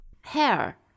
Hair